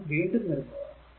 നാം വീണ്ടും വരുന്നതാണ്